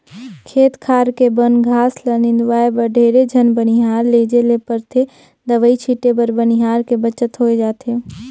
खेत खार के बन घास ल निंदवाय बर ढेरे झन बनिहार लेजे ले परथे दवई छीटे बर बनिहार के बचत होय जाथे